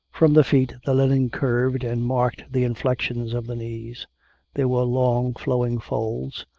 from the feet the linen curved and marked the inflections of the knees there were long flowing folds,